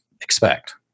expect